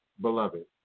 beloved